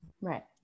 right